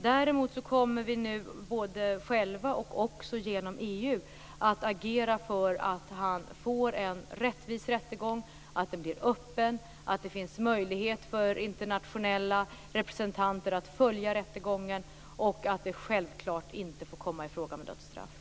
Däremot kommer vi nu, både själva och genom EU, att agera för att han får en rättvis rättegång, att den blir öppen, att det finns möjlighet för internationella representanter att följa rättegången och att det självklart inte får komma i fråga med dödsstraff.